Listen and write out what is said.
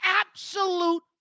Absolute